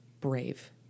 brave